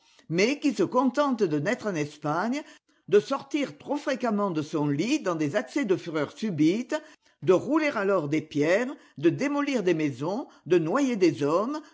mais qui se contente de naître en espagne de sortir trop fréquemment de son lit dans des accès de fureur subite de rouler alors des pierres de démolir des maisons de noyer des hommes